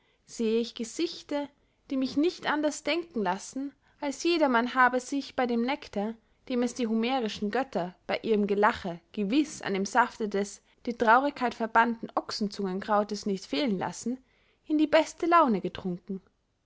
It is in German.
sehe ich gesichter die mich nicht anderst denken lassen als jedermann habe sich bey dem nektar dem es die homerischen götter bey ihrem gelache gewiß an dem safte des die traurigkeit verbannten ochsenzungenkrautes nicht fehlen lassen in die beste laune getrunken